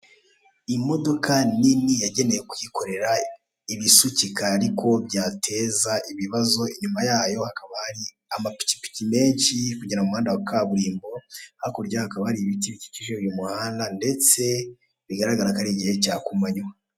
Imodoka nini yagenewe kwikorera ibisukika ariko byateza ibibazo, inyuma yayo hakaba hari amapikipiki menshi kugera mu muhanda wa kaburimo, hakurya yayo hakaba hari ibiti bikikije uyu umuhanda ndetse bigaragara ko ari igihe cya kumanywa.